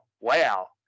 WOW